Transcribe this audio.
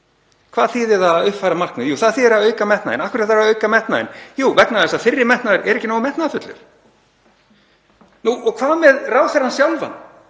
Hvað þýðir það að uppfæra markmið? Jú, það þýðir að auka metnaðinn. Af hverju þarf að auka metnaðinn? Jú, vegna þess að fyrri metnaður er ekki nógu metnaðarfullur. Og hvað með ráðherrann sjálfan